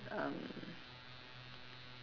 um